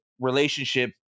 relationship